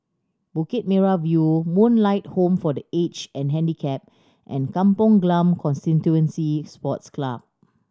Bukit Merah View Moonlight Home for The Aged and Handicapped and Kampong Glam Constituency Sports Club